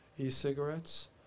E-cigarettes